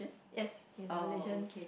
yes he is a Malaysian